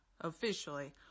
officially